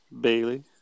Bailey